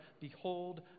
Behold